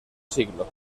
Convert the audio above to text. siglo